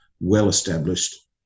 well-established